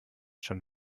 schon